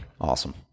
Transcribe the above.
Awesome